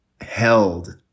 held